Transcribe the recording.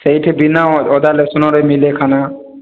ସେଇଠି ବିନା ଅଦା ରସୁଣ ରେ ମିଳେ ଖାନା